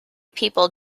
people